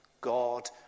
God